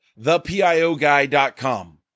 thepioguy.com